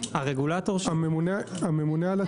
הממונה על התאגידים.